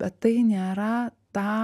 bet tai nėra ta